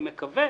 אני מקווה